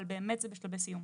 אבל באמת זה בשלבי סיום.